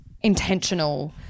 intentional